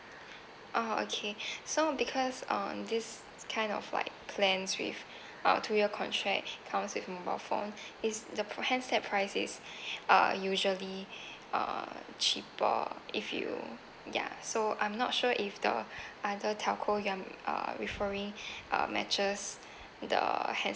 orh okay so because on this is kind of like plans with uh two year contract comes with mobile phone is the handset price is uh usually uh cheaper if you ya so I'm not sure if the other telco you are uh referring uh matches the uh hand~